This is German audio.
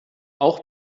auch